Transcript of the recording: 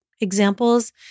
Examples